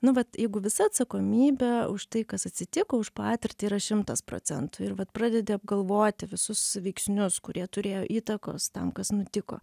nu vat jeigu visa atsakomybė už tai kas atsitiko už patirtį yra šimtas procentų ir vat pradedi apgalvoti visus veiksnius kurie turėjo įtakos tam kas nutiko